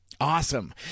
awesome